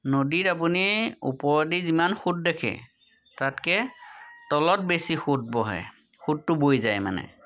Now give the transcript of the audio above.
নদীত আপুনি ওপৰেদি যিমান সোঁত দেখে তাতকৈ তলত বেছি সোঁত বহে সোঁতটো বৈ যায় মানে